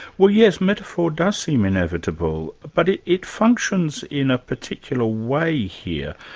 well yes, metaphor does seem inevitable, but it it functions in a particular way here.